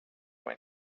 when